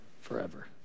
forever